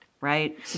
Right